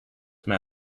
may